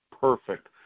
Perfect